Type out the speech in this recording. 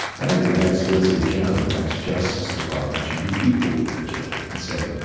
i think the next solicitor general, the next justice department should be equally vigilant and say,